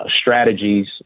strategies